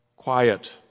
Quiet